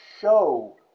show